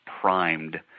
primed